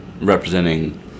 representing